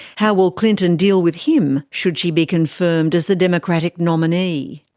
how will clinton deal with him should she be confirmed as the democratic nominee?